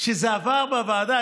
כשזה עבר בוועדה,